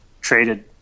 traded